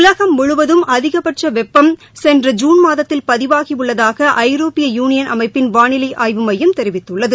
உலகம் முழுவதும் அதிகபட்ச வெப்பம் சென்ற ஜீன் மாதத்தில் பதிவாகியுள்ளதாக ஐரோப்பிய யூளியன் அமைப்பின் வானிலை ஆய்வு மையம் தெரிவித்துள்ளது